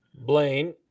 Blaine